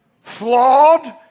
flawed